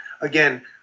Again